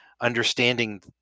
understanding